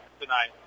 tonight